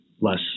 less